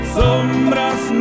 sombras